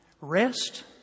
Rest